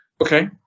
Okay